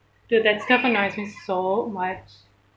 dude that stuff annoys me so much